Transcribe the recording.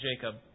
Jacob